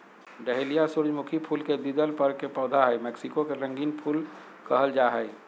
dahlia सूर्यमुखी फुल के द्विदल वर्ग के पौधा हई मैक्सिको के रंगीन फूल कहल जा हई